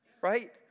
Right